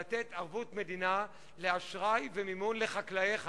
לתת ערבות מדינה לאשראי ולמימון לחקלאיך.